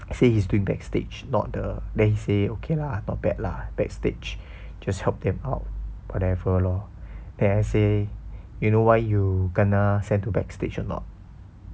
say he's doing backstage not the then he say okay lah not bad lah backstage just help them out whatever lor then I say you know why you kena send to backstage or not